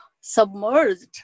submerged